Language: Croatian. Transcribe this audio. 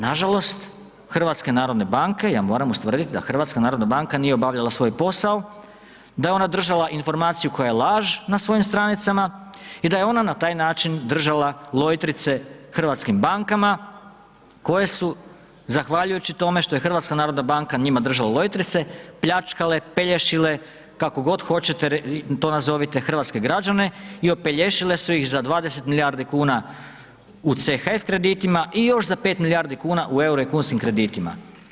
Nažalost HNB, ja moram ustvrdit da HNB nije obavljala svoj posao, da je ona držala informaciju koja je laž na svojim stranicama i da je ona na taj način držala lojtrice hrvatskim bankama koje su zahvaljujući tome što je HNB njima držala lojtrice, pljačkale, pelješile, kako god hoćete to nazovite, hrvatske građane i opelješile su ih za 20 milijardi kuna u CHF kreditima i još za 5 milijardi kuna u euro i kunskim kreditima.